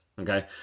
okay